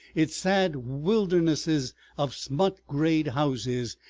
its sad wildernesses of smut-grayed houses,